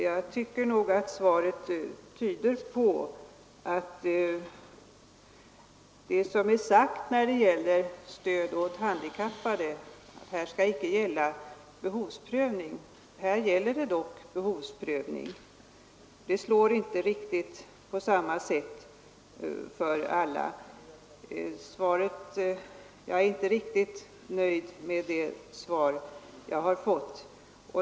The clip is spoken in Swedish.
Jag tycker nog att svaret tyder på — trots att det sagts att behovsprövning icke skall gälla i fråga om stöd åt handikappade — att det här dock gäller behovsprövning. Det slår inte på samma sätt för alla. Jag är inte riktigt nöjd med det svar jag har fått.